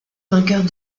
vainqueurs